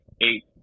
eight